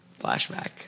flashback